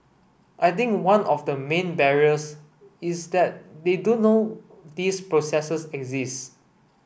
I think one of the main barriers is that they don't know these processes exist